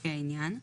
לפי העניין,